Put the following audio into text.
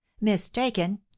mistaken